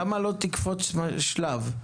למה לא תקפוץ שלב?